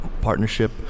Partnership